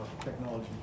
technology